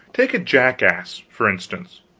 take a jackass, for instance